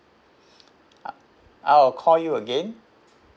I'll I'll call you again